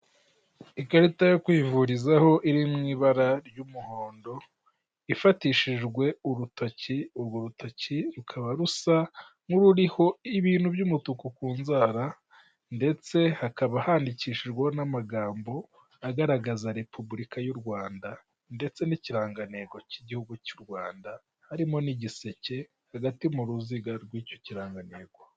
Ikarita yo kwivurizaho iri mu ibara ry'umuhondo ifatishijwe urutoki. Urrwo rutoki rukaba rusa n'ururiho ibintu by'umutuku ku nzara ndetse hakaba handikishijwe n'amagambo agaragaza Repubulika y'u Rwanda ndetse n'ikirangantego cy'Igihugu cy'u Rwanda harimo n'igiseke hagati mu ruziga rw'icyo kirangantego.